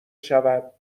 شود